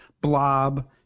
Blob